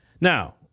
Now